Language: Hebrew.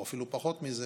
אפילו פחות מזה,